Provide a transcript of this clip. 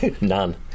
None